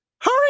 Hurry